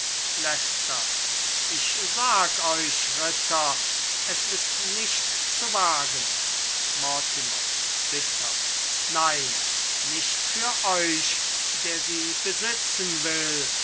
ich sag euch ritter es ist nicht zu wagen mortimer bitter nein nicht für euch der sie besitzen will